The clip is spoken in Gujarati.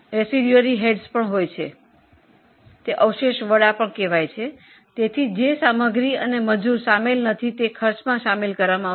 જે માલ સામાન અને મજુરીમાં શામેલ નથી તે ખર્ચમાં શામેલ છે